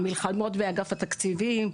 מלחמות באגף התקציבים,